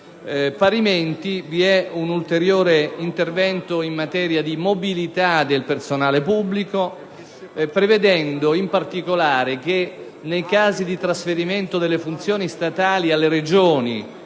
Parimenti vi è un ulteriore intervento in materia di mobilità del personale pubblico, prevedendo in particolare che, nei casi di trasferimento delle funzioni statali alle Regioni